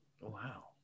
Wow